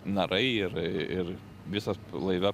narai ir ir visas laive